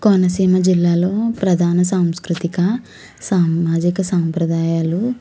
కోనసీమ జిల్లాలో ప్రధాన సాంస్కృతిక సామాజిక సాంప్రదాయాలు